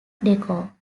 decor